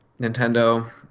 Nintendo